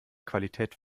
qualität